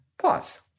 pause